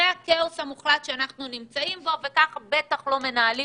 זה הכאוס המוחלט שבו אנחנו נמצאים, וכך לא מנהלים